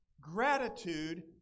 gratitude